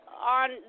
on